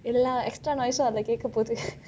எல்லா:ella extra noise அதிலே கேட்கபோது:athilei ketkapothu